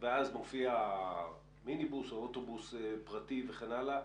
ואז מופיע מיניבוס או אוטובוס פרטי וכן הלאה,